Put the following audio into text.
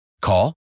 Call